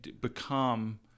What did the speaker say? become